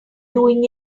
doing